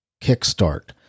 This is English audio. Kickstart